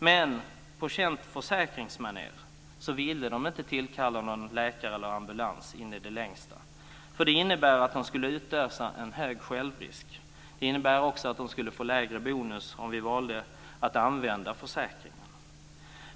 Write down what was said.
Men på känt försäkringsmaner ville de in i det längsta inte tillkalla läkare eller ambulans, för det skulle innebära att en hög självrisk utlöstes och att de fick en lägre bonus om vi valde att använda försäkringen.